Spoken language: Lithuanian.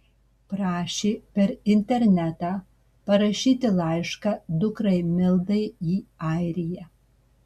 prašė per internetą parašyti laišką dukrai mildai į airiją